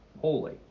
holy